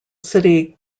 city